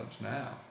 now